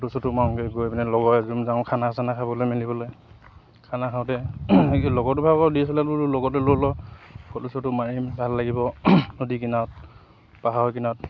photo চটো মাৰোঁগে গৈ পিলাহেনি লগৰ এজুম যাওঁ খানা চানা খাবলৈ মেলিবলৈ খানা খাওঁতে লগতোভাগৰ ডি এছ এল আৰটো লগতে লৈ লওঁ ফটো চটো মাৰিম ভাল লাগিব নদীৰ কিনাৰত পাহাৰৰ কিনাৰত